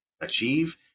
achieve